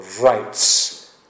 rights